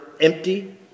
empty